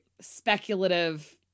speculative